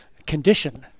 condition